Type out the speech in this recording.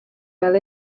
fel